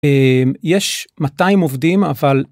יש 200 עובדים אבל.